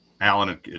Alan